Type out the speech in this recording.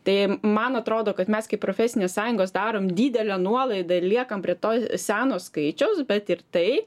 tai man atrodo kad mes kaip profesinės sąjungos darom didelę nuolaidą ir liekam prie to seno skaičiaus bet ir tai